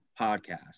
podcast